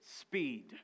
speed